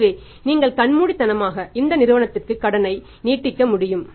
எனவே நீங்கள் கண்மூடித்தனமாக இந்த நிறுவனத்திற்கு கடனை நீட்டிக்க முடியும்